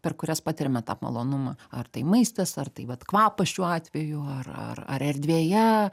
per kurias patiriame tą malonumą ar tai maistas ar tai vat kvapas šiuo atveju ar ar ar erdvėje